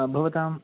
भवताम्